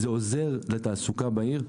זה עוזר לתעסוקה בעיר.